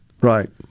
Right